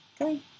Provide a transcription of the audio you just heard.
Okay